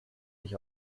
dich